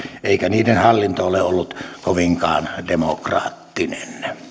eikä niiden hallinto ole ollut kovinkaan demokraattinen